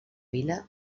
vila